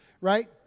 Right